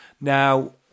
Now